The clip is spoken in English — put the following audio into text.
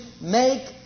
make